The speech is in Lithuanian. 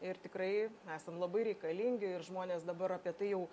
ir tikrai esam labai reikalingi ir žmonės dabar apie tai jau